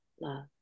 love